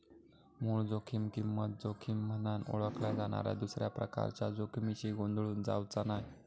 मूळ जोखीम किंमत जोखीम म्हनान ओळखल्या जाणाऱ्या दुसऱ्या प्रकारच्या जोखमीशी गोंधळून जावचा नाय